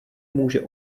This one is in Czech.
může